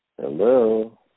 Hello